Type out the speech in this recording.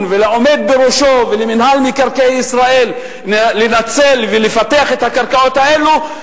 ולעומד בראשו ולמינהל מקרקעי ישראל לנצל ולפתח את הקרקעות האלה.